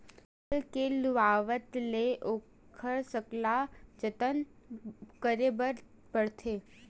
फसल के लुवावत ले ओखर सकला जतन करे बर परथे